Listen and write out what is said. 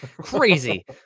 crazy